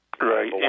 Right